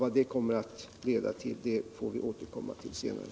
Vad det kommer att leda till får vi återkomma till senare.